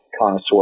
connoisseur